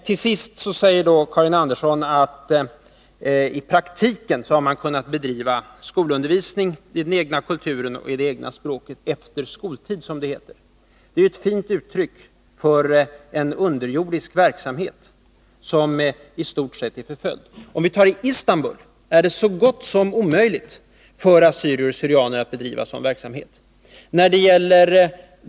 Till sist sade Karin Andersson att man i praktiken har kunnat bedriva skolundervisning om den egna kulturen och i det egna språket efter skoltid. Det är ett fint uttryck för en underjordisk verksamhet som i stort sett är förföljd. I Istanbul är det så gott som omöjligt för assyrier/syrianer att bedriva sådan verksamhet.